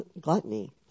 gluttony